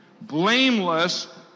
blameless